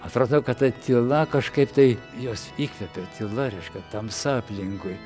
atradau kad ta tyla kažkaip tai juos įkvepia tyla reiškia tamsa aplinkui